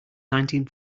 nineteen